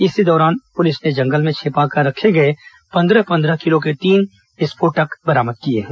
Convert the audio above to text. इस दौरान पुलिस ने जंगल में छिपाकर रखे गए पंद्रह पंद्रह किलो के तीन आईईडी बम बरामद किए हैं